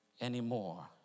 anymore